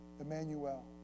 Emmanuel